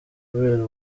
kubera